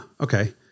Okay